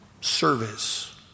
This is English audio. service